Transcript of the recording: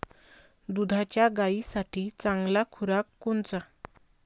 दुधाच्या गायीसाठी चांगला खुराक कोनचा?